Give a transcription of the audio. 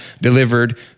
delivered